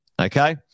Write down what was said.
Okay